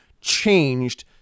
changed